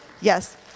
Yes